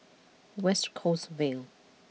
West Coast Vale